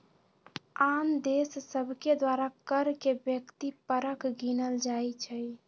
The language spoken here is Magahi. आन देश सभके द्वारा कर के व्यक्ति परक गिनल जाइ छइ